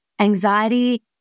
Anxiety